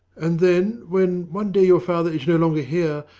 and then, when one day your father is no longer here,